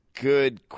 good